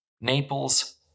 Naples